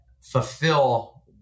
fulfill